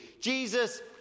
Jesus